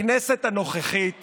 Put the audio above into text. בכנסת הנוכחית